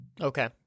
okay